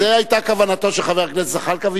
אז זו היתה כוונתו של חבר הכנסת זחאלקה,